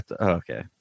okay